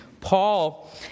Paul